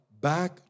back